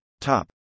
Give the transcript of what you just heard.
top